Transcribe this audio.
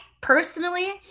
personally